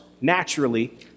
naturally